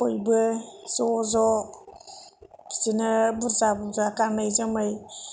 बयबो ज'ज' बिदिनो बुरजा बुरजा गानै जोमै